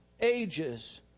ages